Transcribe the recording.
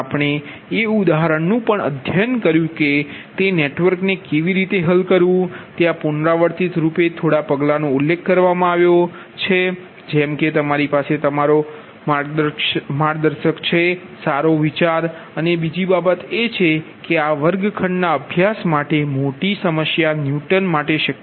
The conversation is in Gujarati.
અને આપણે એ ઉદાહરણનુ પણ અધ્યયન કર્યું છે કે તે નેટવર્કને કેવી રીતે હલ કરવું ત્યા પુનરાવર્તિત રૂપે થોડા પગલાઓનો ઉલ્લેખ કરવામાં આવ્યો છે જેમ કે તમારી પાસે તમારો માર્ગદર્શક છે સારો વિચાર અને બીજી બાબત એ છે કે આ વર્ગખંડના અભ્યાસ માટે મોટી સમસ્યા ન્યુટન માટે શક્ય નથી